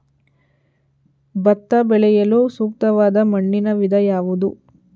ಭತ್ತ ಬೆಳೆಯಲು ಸೂಕ್ತವಾದ ಮಣ್ಣಿನ ವಿಧ ಯಾವುದು?